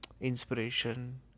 inspiration